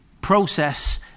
process